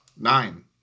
nine